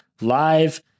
live